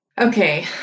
Okay